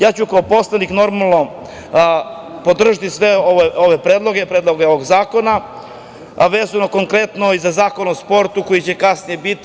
Ja ću kao poslanik podržati sve ove predloge, predloge ovih zakona, a vezano konkretno i za Zakon o sportu, koji će kasnije biti.